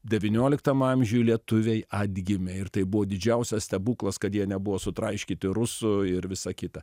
devynioliktam amžiuj lietuviai atgimė ir tai buvo didžiausias stebuklas kad jie nebuvo sutraiškyti rusų ir visa kita